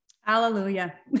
Hallelujah